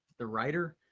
the writer,